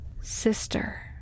Sister